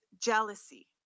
jealousy